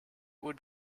would